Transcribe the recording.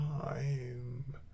time